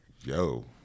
yo